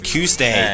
Tuesday